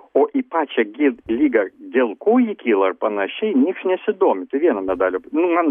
o į pačią gyd ligą dėl ko ji kyla ir panašiai nieks nesidomi tai vieno medalio nu man